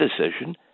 decision